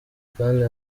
kandi